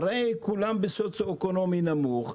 הרי כולם במצב סוציו-אקונומי נמוך,